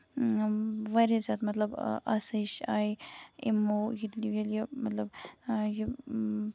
واریاہ زیادٕ مطلب آسٲیِش آیہِ یِمو ییٚلہِ یہِ مطلب یہِ